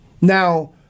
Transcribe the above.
Now